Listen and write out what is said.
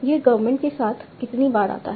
यह गवर्मेंट के साथ कितनी बार आता है